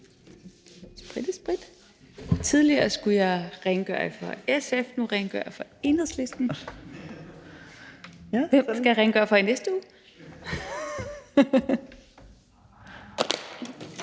spritte af. Tidligere skulle jeg rengøre for SF, nu rengør jeg for Enhedslisten. Hvem skal jeg mon rengøre for i næste uge?).